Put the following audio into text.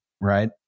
right